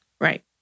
Right